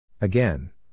Again